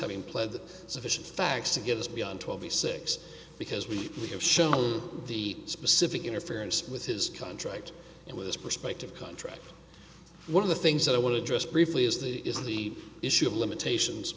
having played the sufficient facts to get us beyond twenty six because we have shown the specific interference with his contract and with his perspective contract one of the things that i want to address briefly is the is the issue of limitations